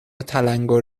تلنگور